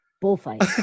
Bullfight